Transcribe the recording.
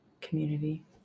community